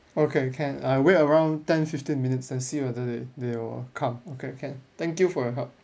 okay can I'll wait around ten fifteen minutes and see whether they they will come okay can thank you for your help